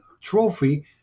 trophy